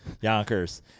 Yonkers